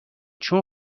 چون